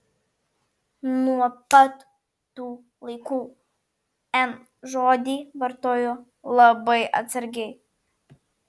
nuo pat tų laikų n žodį vartoju labai atsargiai